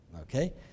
Okay